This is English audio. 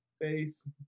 face